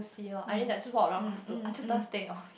see loh I mean like just walk around cause to I just don't want stay loh